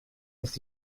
its